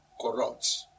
corrupt